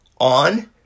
on